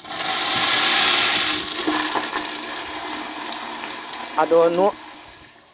ᱟᱫᱚ ᱱᱚᱣᱟ